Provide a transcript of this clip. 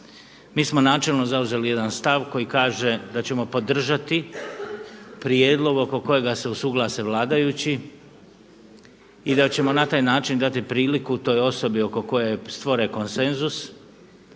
Mi smo načelno zauzeli jedan stav koji kaže da ćemo podržati prijedlog oko kojega se usuglase vladajući i da ćemo na taj način dati priliku toj osobi oko koje je stvoren konsenzus